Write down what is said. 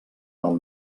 del